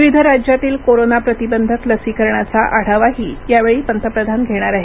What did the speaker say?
विविध राज्यातील कोरोना प्रतिबंधक लसीकरणाचा आढावाही यावेळी पंतप्रधान घेणार आहेत